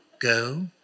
Go